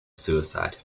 suicide